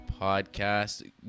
podcast